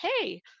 hey